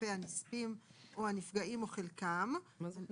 כלפי הנספים או הנפגעים או חלקם --- מה זה "חלקם"?